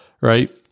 right